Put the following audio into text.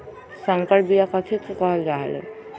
संकर बिया कथि के कहल जा लई?